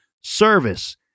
service